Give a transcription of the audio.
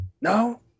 No